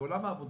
כי עולם העבודה